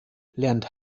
lernt